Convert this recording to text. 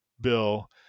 bill